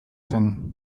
zen